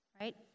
right